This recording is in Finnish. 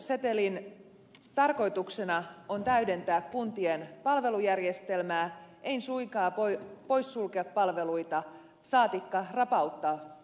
palvelusetelin tarkoituksena on täydentää kuntien palvelujärjestelmää ei suinkaan poissulkea palveluita saatikka rapauttaa palvelutuotantoa